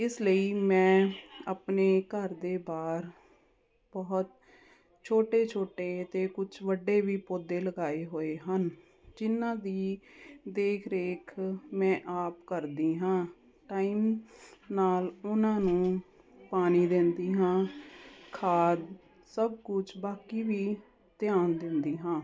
ਇਸ ਲਈ ਮੈਂ ਆਪਣੇ ਘਰ ਦੇ ਬਾਹਰ ਬਹੁਤ ਛੋਟੇ ਛੋਟੇ ਅਤੇ ਕੁਛ ਵੱਡੇ ਵੀ ਪੋਦੇ ਲਗਾਏ ਹੋਏ ਹਨ ਜਿਹਨਾਂ ਦੀ ਦੇਖਰੇਖ ਮੈਂ ਆਪ ਕਰਦੀ ਹਾਂ ਟਾਈਮ ਨਾਲ ਉਹਨਾਂ ਨੂੰ ਪਾਣੀ ਦਿੰਦੀ ਹਾਂ ਖਾਦ ਸਭ ਕੁਛ ਬਾਕੀ ਵੀ ਧਿਆਨ ਦਿੰਦੀ ਹਾਂ